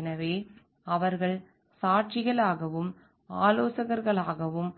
எனவே அவர்கள் சாட்சிகளாகவும் ஆலோசகர்களாகவும்